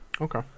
Okay